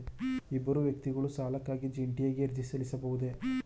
ಇಬ್ಬರು ವ್ಯಕ್ತಿಗಳು ಸಾಲಕ್ಕಾಗಿ ಜಂಟಿಯಾಗಿ ಅರ್ಜಿ ಸಲ್ಲಿಸಬಹುದೇ?